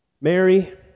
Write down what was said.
Mary